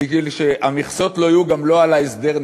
בגלל שהמכסות לא יהיו, גם לא על ההסדרניקים.